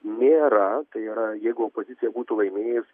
nėra tai yra jeigu opozicija būtų laimėjus